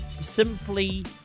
Simply